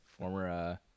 former